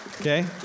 Okay